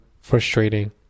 frustrating